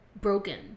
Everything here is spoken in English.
broken